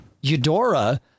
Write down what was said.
eudora